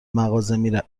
مغازه